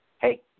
hey